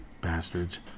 Bastards